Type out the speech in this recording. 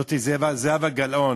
זאת היא, זהבה גלאון